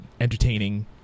Entertaining